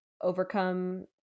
overcome